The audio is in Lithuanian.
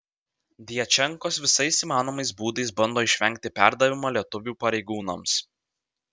djačenkos visais įmanomais būdais bando išvengti perdavimo lietuvių pareigūnams